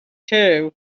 too